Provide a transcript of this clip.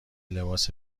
لباس